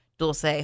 Dulce